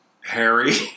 harry